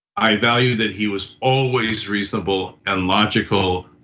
i value that he was always reasonable and logical,